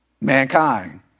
mankind